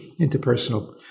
interpersonal